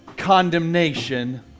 Condemnation